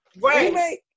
right